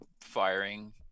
firing